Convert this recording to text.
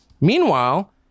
Meanwhile